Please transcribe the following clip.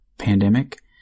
pandemic